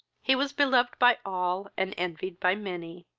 he was beloved by all, and envied by many.